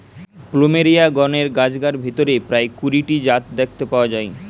plumeria গণের গাছগার ভিতরে প্রায় কুড়ি টি জাত দেখতে পাওয়া যায়